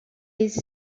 les